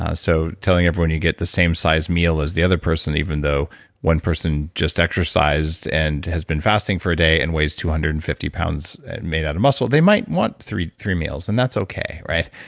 ah so telling everyone you get the same size meal as the other person, even though one person just exercised and has been fasting for a day, and weighs two hundred and fifty pounds made out of muscle, they might want three three meals. and that's okay. right.